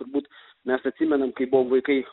turbūt mes atsimenam kai buvom vaikai